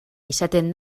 izaten